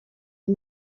est